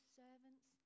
servants